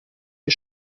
die